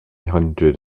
hundred